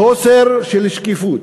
חוסר שקיפות